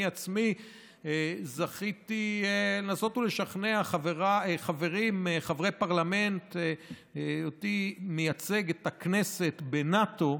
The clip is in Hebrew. אני עצמי זכיתי לנסות ולשכנע חברי פרלמנט בהיותי מייצג את הכנסת בנאט"ו,